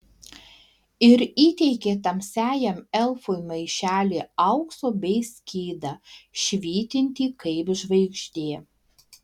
ir įteikė tamsiajam elfui maišelį aukso bei skydą švytintį kaip žvaigždė